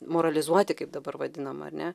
moralizuoti kaip dabar vadinama ar ne